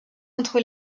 entre